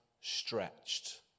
stretched